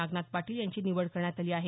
नागनाथ पाटील यांची निवड करण्यात आली आहे